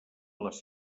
les